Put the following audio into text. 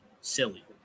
silly